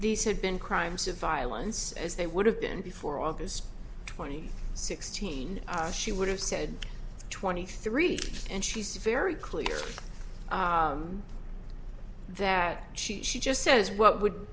these had been crimes of violence as they would have been before august twenty sixth teen she would have said twenty three and she's very clear that she she just says what